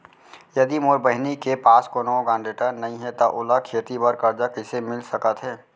यदि मोर बहिनी के पास कोनो गरेंटेटर नई हे त ओला खेती बर कर्जा कईसे मिल सकत हे?